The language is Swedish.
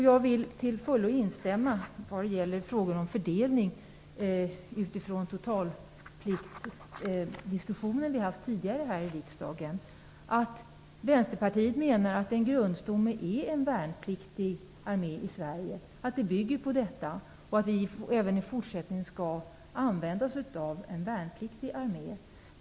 Jag vill till fullo instämma vad gäller frågor om fördelning utifrån den totalpliktdiskussion som vi tidigare haft här i riksdagen. Vänsterpartiet menar att en grundstomme för försvaret är en värnpliktig armé i Sverige och att vi även i fortsättningen skall använda oss av en värnpliktig armé.